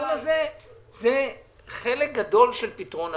והכיוון הזה הוא חלק גדול של פתרון הבעיה.